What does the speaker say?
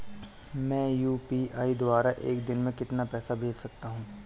मैं यू.पी.आई द्वारा एक दिन में कितना पैसा भेज सकता हूँ?